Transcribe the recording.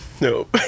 Nope